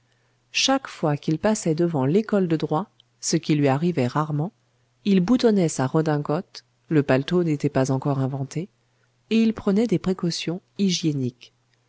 chaque fois qu'il passait devant l'école de droit ce qui lui arrivait rarement il boutonnait sa redingote le paletot n'était pas encore inventé et il prenait des précautions hygiéniques